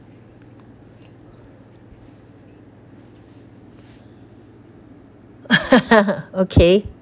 okay